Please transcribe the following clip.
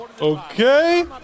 Okay